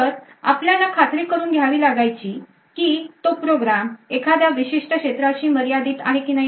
तर आपल्याला खात्री करून घ्यावी लागायची की तो प्रोग्राम एखाद्या विशिष्ट क्षेत्राशी मर्यादित आहे की नाही